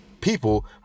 people